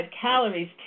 calories